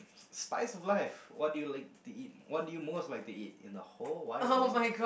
Spice of Life what do you like to eat what do you most like to eat in the whole wide world